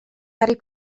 harry